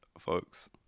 folks